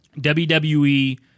WWE